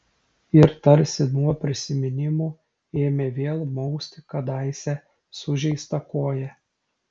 ir tarsi nuo prisiminimų ėmė vėl mausti kadaise sužeistą koją